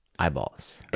eyeballs